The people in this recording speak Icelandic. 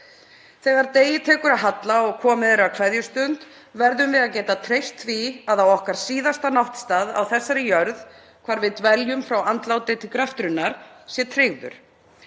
Þegar degi tekur að halla og komið er að kveðjustund verðum við að geta treyst því að á okkar síðasta náttstað á þessari jörð, hvar við dveljum frá andláti til greftrunar, sé tryggður.